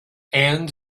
and